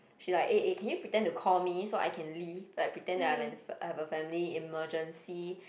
she like eh eh can you pretend to call me so I can leave like pretend that I have a family emergency